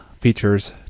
features